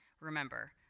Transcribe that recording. Remember